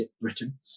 Britain